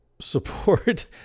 support